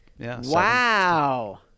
Wow